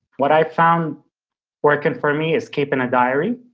what i found working for me is keeping a diary.